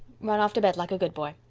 run off to bed like a good boy.